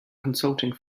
consulting